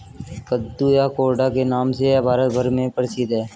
कद्दू या कोहड़ा के नाम से यह भारत भर में प्रसिद्ध है